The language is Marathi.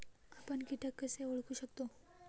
आपण कीटक कसे ओळखू शकतो?